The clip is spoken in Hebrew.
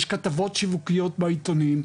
יש כתבות שיווקיות בעיתונים,